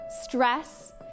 stress